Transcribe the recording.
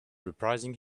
reprising